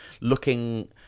looking